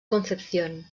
concepción